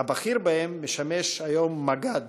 הבכיר בהם משמש היום מג"ד,